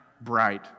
bright